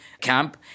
camp